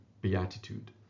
beatitude